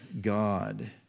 God